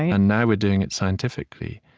and now we're doing it scientifically.